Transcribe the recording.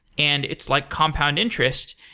and it's like compound interest,